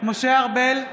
משה ארבל,